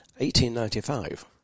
1895